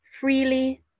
freely